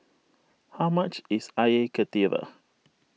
how much is Air Karthira